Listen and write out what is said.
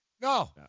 No